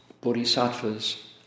Bodhisattvas